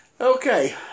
Okay